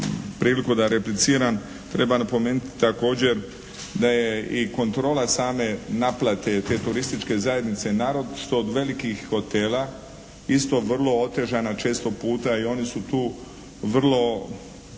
priliku da repliciram treba napomenuti također da je i kontrola same naplate te turističke zajednice naročito od velikih hotela isto otežana često puta i oni su tu vrlo,